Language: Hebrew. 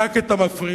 רק את המפריד,